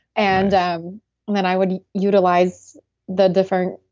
and um then i would utilize the different